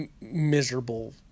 miserable